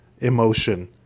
emotion